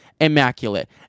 immaculate